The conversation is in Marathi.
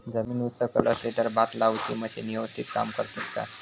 जमीन उच सकल असली तर भात लाऊची मशीना यवस्तीत काम करतत काय?